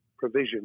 provision